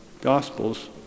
Gospels